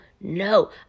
no